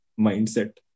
mindset